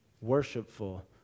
worshipful